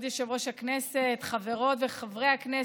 כבוד יושבת-ראש הישיבה, חברות וחברי הכנסת,